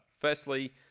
Firstly